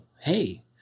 hey